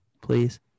please